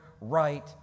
right